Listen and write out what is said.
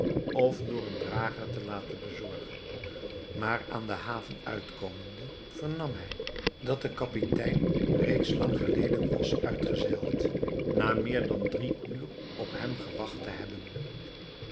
of door een drager te laten bezorgen maar aan de haven komende vernam hij dat de kapitein reeds lang geleden was uitgezeild na meer dan drie uur op hem gewacht te hebben